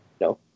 No